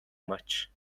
much